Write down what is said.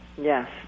Yes